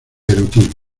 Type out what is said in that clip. erotismo